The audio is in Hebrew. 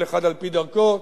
כל אחד על-פי דרכו,